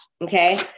okay